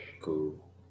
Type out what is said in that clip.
Cool